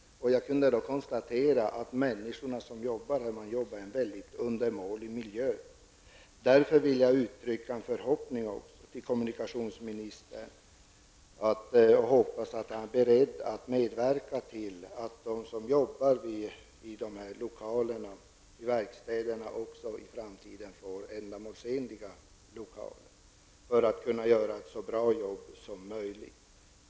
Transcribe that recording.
Jag kunde då konstatera att människorna som arbetar där har en undermålig arbetsmiljö. Jag vill därför till kommunikationsministern uttrycka en förhoppning om att han är beredd att medverka till att de som arbetar i dessa verkstäder också i framtiden får ändamålsenliga lokaler för att kunna göra ett så bra arbete som möjligt.